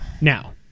Now